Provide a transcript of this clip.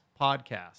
podcast